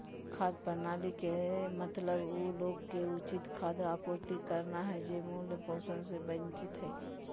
खाद्य प्रणाली के मतलब उ लोग के उचित खाद्य आपूर्ति करना हइ जे मूल पोषण से वंचित हइ